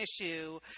issue